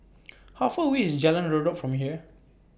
How Far away IS Jalan Redop from here